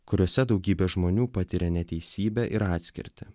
kuriose daugybė žmonių patiria neteisybę ir atskirtį